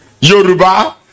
Yoruba